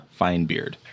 Finebeard